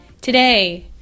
Today